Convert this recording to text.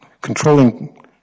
controlling